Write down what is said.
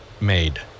Made